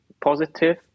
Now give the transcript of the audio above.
positive